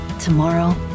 tomorrow